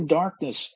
darkness